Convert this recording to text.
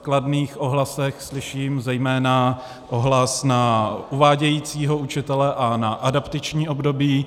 V kladných ohlasech slyším zejména ohlas na uvádějícího učitele a na adaptační období.